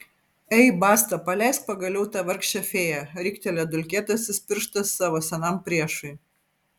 ei basta paleisk pagaliau tą vargšę fėją riktelėjo dulkėtasis pirštas savo senam priešui